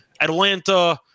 Atlanta